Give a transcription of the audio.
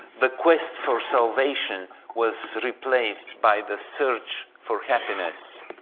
the quest for salvation was replaced by the search for happiness.